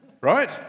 right